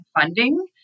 funding